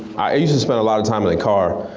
i used to spend a lot of time in the car.